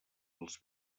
els